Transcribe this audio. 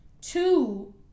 Two